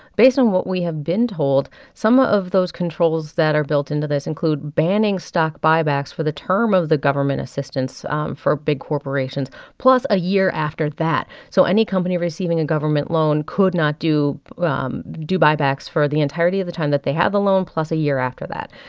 based on what we have been told, some of those controls that are built into this include banning stock buybacks for the term of the government assistance um for big corporations plus a year after that. so any company receiving a government loan could not do um do buybacks for the entirety of the time that they have the loan plus a year after that.